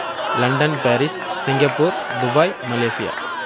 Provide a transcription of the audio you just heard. London Paris Singapore Dubai Malaysia